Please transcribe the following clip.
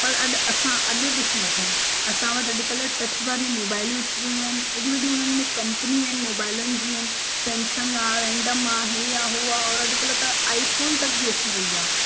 पर अॼु असां अॼु ॾिसी वठूं असां वटि अॼुकल्ह टच वारी मोबाइलियूं अची वियूं आहिनि एॾियूं वॾियूं उन्हनि में कंपनियूं आहिनि मोबाइलनि जी आहिनि सैमसंग आहे रैंडम आहे इहे आहे उहो आहे और अॼुकल्ह त आईफोन तक बि अची वई आहे